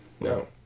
No